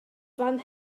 fan